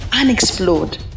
unexplored